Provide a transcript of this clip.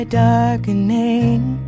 darkening